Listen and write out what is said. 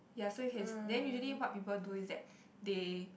ya so you can then usually what people do is that they